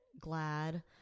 glad